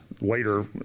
later